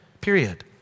period